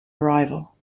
arrival